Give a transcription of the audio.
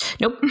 Nope